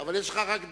אבל יש לך רק דקה.